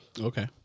Okay